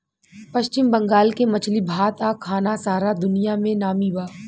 पश्चिम बंगाल के मछली भात आ खाना सारा दुनिया में नामी बा